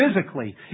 physically